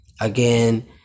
Again